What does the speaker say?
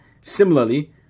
similarly